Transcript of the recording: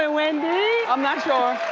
ah wendy? i'm not sure. all